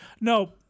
no